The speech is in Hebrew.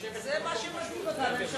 זה מה שמדאיג אותם.